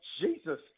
Jesus